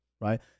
right